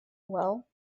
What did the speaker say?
well